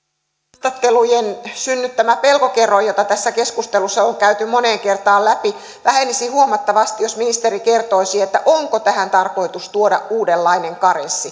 haastattelujen synnyttämä pelkokerroin jota tässä keskustelussa on käyty moneen kertaan läpi vähenisi huomattavasti jos ministeri kertoisi onko tähän tarkoitus tuoda uudenlainen karenssi